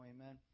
Amen